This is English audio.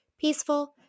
peaceful